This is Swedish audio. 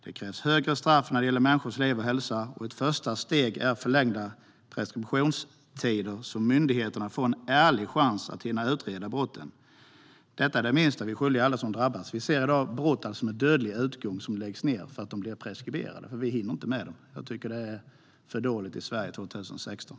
Det krävs högre straff när det gäller människors liv och hälsa, och ett första steg är förlängda preskriptionstider så att myndigheterna får en ärlig chans att hinna utreda brotten. Det är det minsta vi är skyldiga alla som drabbas. Vi ser i dag att utredningar gällande brott med dödlig utgång läggs ned för att brotten blir preskriberade - vi hinner inte med dem. Jag tycker att det är för dåligt i Sverige 2016.